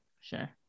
Sure